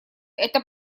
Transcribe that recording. это